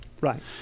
Right